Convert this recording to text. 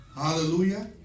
Hallelujah